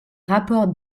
rapports